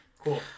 Cool